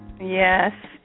Yes